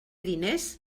diners